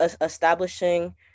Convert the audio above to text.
establishing